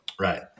Right